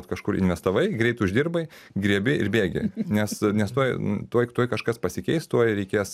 kažkur investavai greit uždirbai griebi ir bėgi nes nes tuoj tuoj tuoj kažkas pasikeis tuoj reikės